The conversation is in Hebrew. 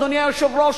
אדוני היושב-ראש,